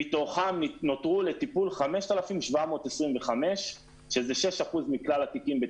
מתוכן נותרו לטיפול 5,725. שזה 6% מכלל התיקים.